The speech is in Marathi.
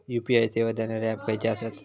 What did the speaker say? यू.पी.आय सेवा देणारे ऍप खयचे आसत?